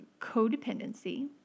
codependency